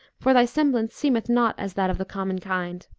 for thy semblance seemeth not as that of the common kind.